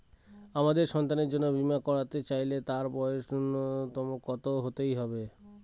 আমার সন্তানের জন্য বীমা করাতে চাইলে তার বয়স ন্যুনতম কত হতেই হবে?